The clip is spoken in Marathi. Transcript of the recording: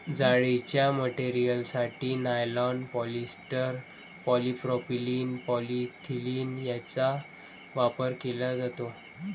जाळीच्या मटेरियलसाठी नायलॉन, पॉलिएस्टर, पॉलिप्रॉपिलीन, पॉलिथिलीन यांचा वापर केला जातो